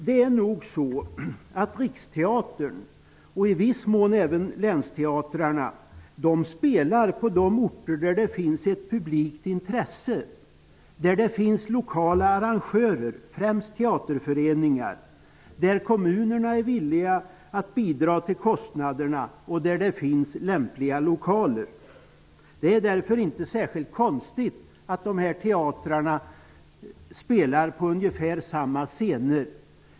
Det är nog så att Riksteatern, och i viss mån även länsteatrarna, spelar på de orter där det finns ett publikt intresse, där det finns lokala arrangörer, främst teaterföreningar, där kommunerna är villiga att bidra till kostnaderna och där det finns lämpliga lokaler. Därför är det inte särskilt konstigt att dessa teatrar spelar på ungefär samma scener.